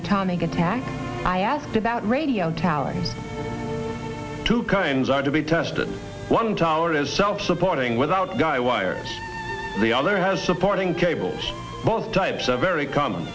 atomic attack i asked about radio towers two kinds are to be tested one tower is self supporting without guy wires the other has supporting cables both types are very common